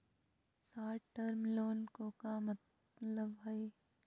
Short term loan के का मतलब हई?